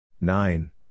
Nine